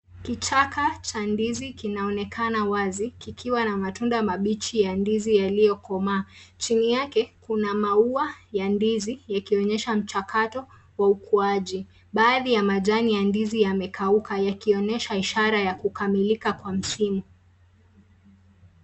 Kichaka cha ndizi kinaonekana wazi, kikiwa na matunda mabichi ya ndizi yaliyokoma. Chini yake kuna maua ya ndizi yanayoonyesha mchakato wa ukuaji. Baada ya majani, kuna ndizi zilizokauka zinazoonyesha ishara ya kukomaa